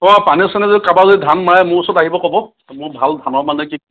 অঁ পানী চানে যদি কাৰোবাৰ যদি ধান মাৰে মোৰ ওচৰত আহিব ক'ব মোৰ ভাল ধানৰ মানে কি